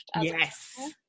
Yes